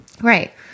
Right